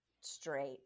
straight